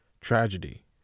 tragedy